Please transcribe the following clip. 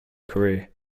career